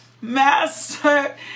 Master